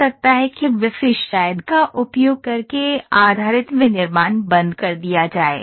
हो सकता है कि WIFI शायद का उपयोग करके आधारित विनिर्माण बंद कर दिया जाए